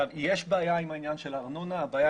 יש בעיה עם העניין של הארנונה והבעיה